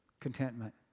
contentment